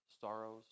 sorrows